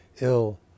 ill